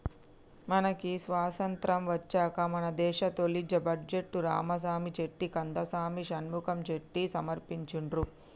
మనకి స్వతంత్రం వచ్చాక మన దేశ తొలి బడ్జెట్ను రామసామి చెట్టి కందసామి షణ్ముఖం చెట్టి సమర్పించిండ్రు